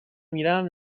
میرم